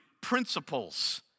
principles